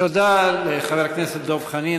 תודה לחבר הכנסת דב חנין.